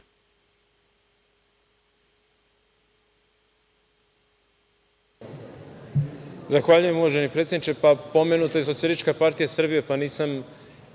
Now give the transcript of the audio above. Hvala vam